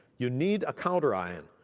you need a counter-eye on.